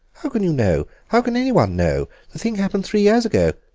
how can you know? how can anyone know? the thing happened three years ago.